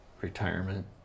retirement